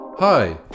Hi